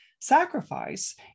sacrifice